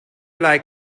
like